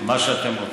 מה שאתם רוצים.